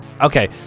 okay